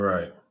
Right